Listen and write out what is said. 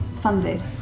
funded